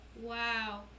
Wow